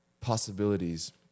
possibilities